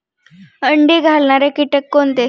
अंडी घालणारे किटक कोणते?